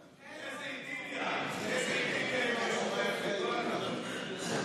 לוועדה את הצעת חוק חינוך ממלכתי (תיקון,